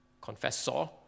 confessor